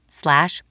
slash